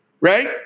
right